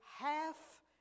Half